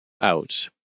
out